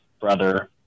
brother